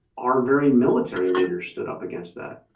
our very military leaders stood up against that